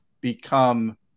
become